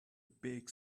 big